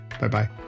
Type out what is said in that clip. Bye-bye